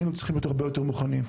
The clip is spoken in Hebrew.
היינו צריכים להיות הרבה יותר מוכנים.